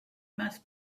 must